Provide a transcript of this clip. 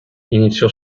iniziò